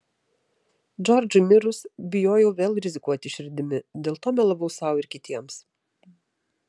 džordžui mirus bijojau vėl rizikuoti širdimi dėl to melavau sau ir kitiems